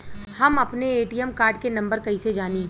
हम अपने ATM card के नंबर कइसे जानी?